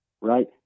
right